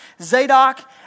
Zadok